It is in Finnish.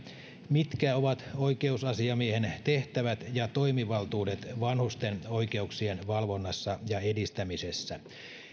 mitkä ovat oikeusasiamiehen tehtävät ja toimivaltuudet vanhusten oikeuksien valvonnassa ja edistämisessä sekä